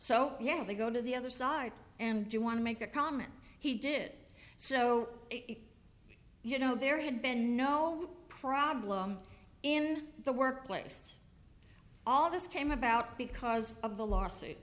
so yeah they go to the other side and you want to make a comment he did so you know there had been no problem in the workplace all this came about because of the lawsuit